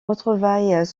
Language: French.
retrouvailles